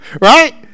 Right